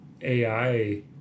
AI